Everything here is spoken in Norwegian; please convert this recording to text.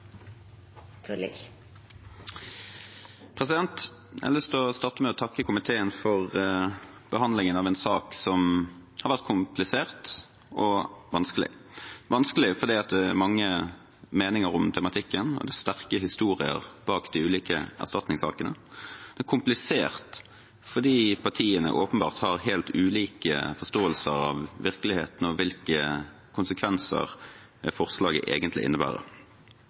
vedtatt. Jeg har lyst til å starte med å takke komiteen for behandlingen av en sak som har vært komplisert og vanskelig. Det er vanskelig fordi det er mange meninger om tematikken, og det er sterke historier bak de ulike erstatningssakene. Det er komplisert fordi partiene åpenbart har helt ulike forståelser av virkeligheten og hvilke konsekvenser forslaget egentlig innebærer.